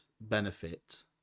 benefit